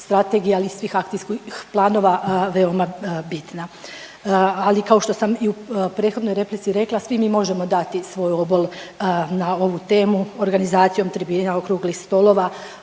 strategije, ali i svih akcijskih planova veoma bitna. Ali kao što sam i u prethodnoj replici rekla svi mi možemo dati svoj obol na ovu temu organizacijom tribina okruglih stolova.